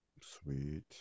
Sweet